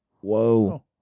whoa